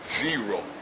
Zero